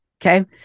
Okay